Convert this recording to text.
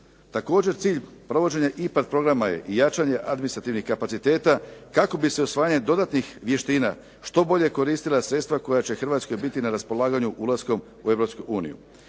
Također cilj provođenja IPARD programa je jačanje administrativnih kapaciteta kako bi se usvajanjem dodatnih vještina što bolje koristila sredstva koja će Hrvatskoj biti na raspolaganju ulaskom u